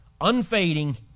unfading